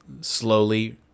slowly